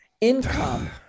income